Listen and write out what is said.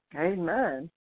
Amen